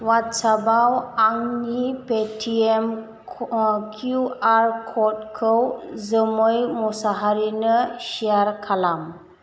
अवाट्सापआव आंनि Paytm QR कडखौ जोमै मुसाहारीनो सियार खालाम